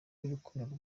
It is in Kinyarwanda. y’urukundo